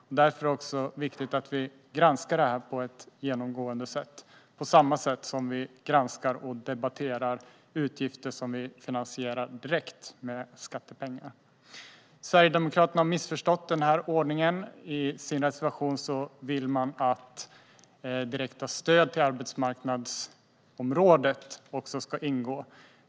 Därför är det också viktigt att vi genomgående granskar dessa på samma sätt som vi granskar och debatterar utgifter som vi finansierar direkt med skattepengar. Sverigedemokraterna har missförstått denna ordning. I sin reservation vill de att direkta stöd till arbetsmarknadsområdet också ska ingå.